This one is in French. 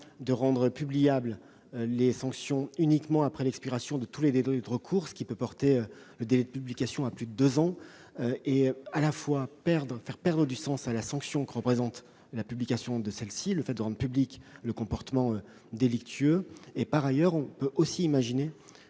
de rendre publiables les sanctions uniquement après l'expiration de tous les délais de recours. Cela peut porter le délai de publication à plus de deux ans et faire perdre du sens à la sanction que représente la publication de celle-ci : rendre public le comportement délictueux. Par ailleurs, imaginons